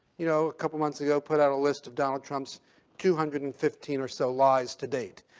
you know, a couple of months ago put out a list of donald trump's two hundred and fifteen or so lies to date.